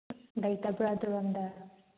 ꯂꯩꯇꯕ꯭ꯔꯥ ꯑꯗꯣꯝꯗ